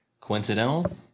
Coincidental